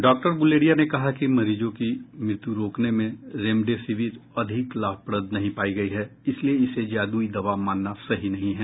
doctor Guleria ने कहा कि मरीजों की मृत्यु रोकने में रेमडेसिविर अधिक लाभप्रद नहीं पाई गई है इसलिए इसे जादुई दवा मानना सही नहीं है